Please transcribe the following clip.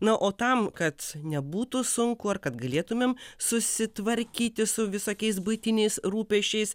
na o tam kad nebūtų sunku ar kad galėtumėm susitvarkyti su visokiais buitiniais rūpesčiais